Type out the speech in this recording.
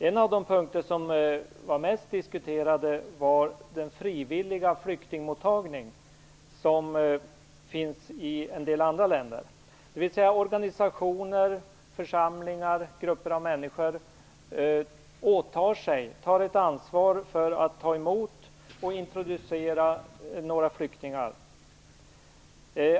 En av de punkter som diskuterades mest var den frivilliga flyktingmottagning som finns i en del andra länder, dvs. när organisationer, församlingar och grupper av människor tar ansvar för att ta emot och introducera några flyktingar.